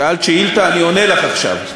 שאלת שאילתה, אני עונה לך עכשיו.